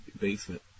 basement